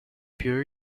più